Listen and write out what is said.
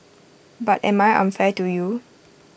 but am I unfair to you